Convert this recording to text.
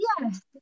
Yes